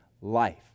life